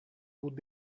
would